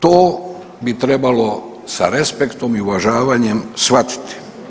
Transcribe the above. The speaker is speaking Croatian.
To bi trebalo sa respektom i uvažavanjem shvatiti.